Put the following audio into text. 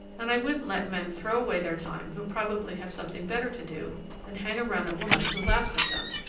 and i wouldn't let men throw away their time who probably have something better to do than hang around a woman who laughs at them.